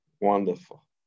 wonderful